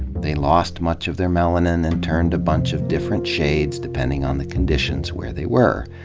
they lost much of their melanin and turned a bunch of different shades, depending on the conditions where they were.